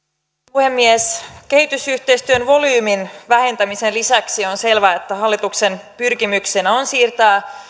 puhemies kehitysyhteistyön volyymin vähentämisen lisäksi on selvää että hallituksen pyrkimyksenä on siirtää